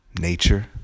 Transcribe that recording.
nature